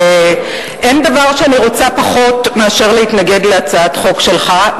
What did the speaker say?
אין דבר שאני רוצה פחות מאשר להתנגד להצעת חוק שלך.